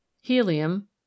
Helium